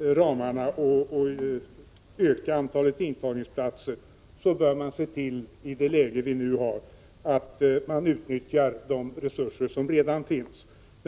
ramarna och ökar antalet intagningsplatser, i nuvarande läge bör se till att de resurser som redan finns utnyttjas väl.